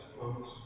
folks